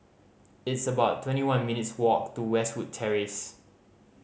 it's about twenty one minutes' walk to Westwood Terrace